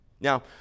Now